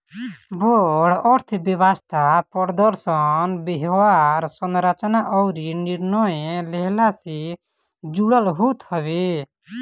बड़ अर्थव्यवस्था प्रदर्शन, व्यवहार, संरचना अउरी निर्णय लेहला से जुड़ल होत हवे